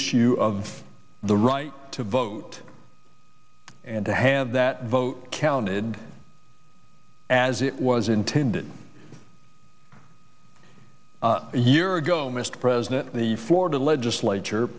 issue of the right to vote and to have that vote counted as it was intended a year ago mr president the florida legislature